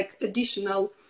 additional